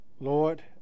Lord